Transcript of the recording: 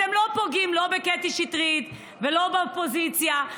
אתם לא פוגעים לא בקטי שטרית ולא באופוזיציה,